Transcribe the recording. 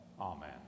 Amen